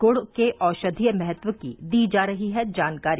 गुड़ के औषधीय महत्व की दी जा रही है जानकारी